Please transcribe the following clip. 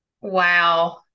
Wow